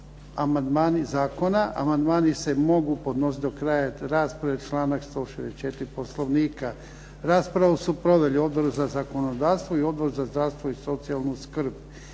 amandmani zakona. Amandmani se mogu podnositi do kraja rasprave, članak 164. Poslovnika. Raspravu su proveli Odbor za zakonodavstvo i Odbor za zdravstvo i socijalnu skrb.